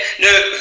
No